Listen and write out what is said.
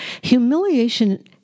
Humiliation